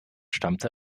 stammte